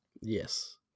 Yes